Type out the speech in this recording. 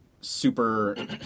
super